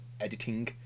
editing